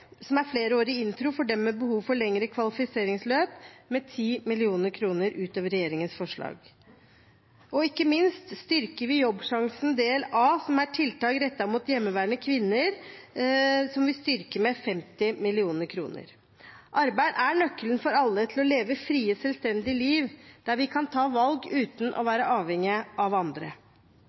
som er en flerårig intro for dem med behov for lengre kvalifiseringsløp, med 10 mill. kr. utover regjeringens forslag. Ikke minst styrker vi Jobbsjansen del A, som er tiltak rettet mot hjemmeværende kvinner, med 50 mill. kr. Arbeid er nøkkelen for alle til å leve et fritt, selvstendig liv, der vi kan ta valg uten å være avhengig av andre.